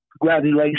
Congratulations